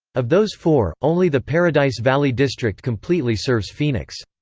of those four, only the paradise valley district completely serves phoenix.